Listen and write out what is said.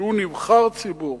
שהוא נבחר ציבור,